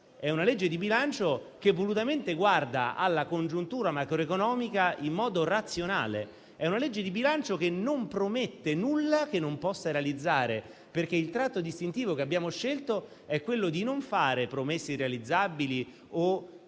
volutamente prudente, che volutamente guarda alla congiuntura macroeconomica in modo razionale. È una legge di bilancio che non promette nulla che non possa realizzare, perché il tratto distintivo che abbiamo scelto è quello di non fare promesse irrealizzabili o